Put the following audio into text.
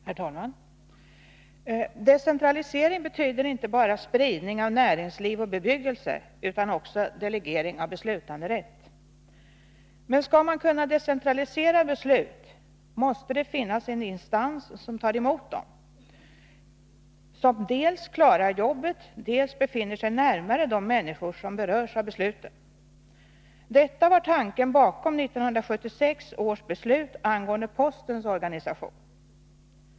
Herr talman! Decentralisering betyder inte bara spridning av näringsliv och bebyggelse, utan också delegering av beslutanderätt. Men för att man skall kunna decentralisera beslut måste det finnas en instans som tar emot dessa och som dels klarar jobbet, dels befinner sig närmare de människor som berörs av besluten. Detta var tanken bakom 1976 års beslut angående postens organisation.